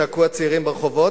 צעקו הצעירים ברחובות,